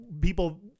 people